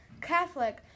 Catholic